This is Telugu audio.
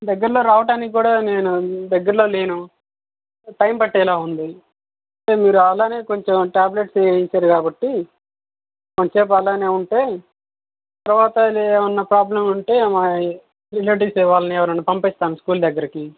దగ్గరలో రావడానికి కూడా నేను దగ్గరలో లేను టైమ్ పట్టేలా ఉంది అంటే మీరు అలానే కొంచం ట్యాబ్లెట్స్ వేశారు కాబట్టి కొంత సేపు అలానే ఉంటే తర్వాత నేనేమన్నా ప్రాబ్లమ్ ఉంటే మా రిలెటివ్స్ వాళ్ళని ఎవరినన్నా పంపిస్తాను స్కూల్ దగ్గరికి